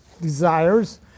desires